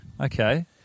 Okay